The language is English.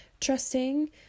trusting